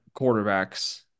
quarterbacks